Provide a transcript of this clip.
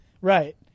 Right